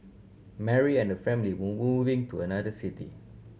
Mary and her family were moving to another city